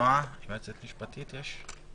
נועה, היועצת המשפטית, יש לך מה לומר?